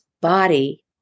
body